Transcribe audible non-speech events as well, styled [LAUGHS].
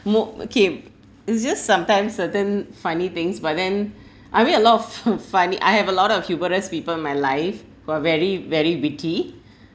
m~ okay it's just sometimes certain funny things but then [BREATH] I made a lot of [LAUGHS] funny I have a lot of humorous people in my life who are very very witty